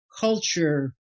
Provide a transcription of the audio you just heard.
culture